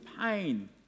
pain